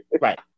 Right